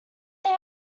they